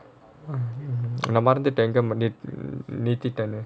நான் மறந்துட்டேன் என்னங்க நிறுத்திட்டான்னு:naan maranthuttaen ennanga niruthitaanu